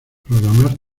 programar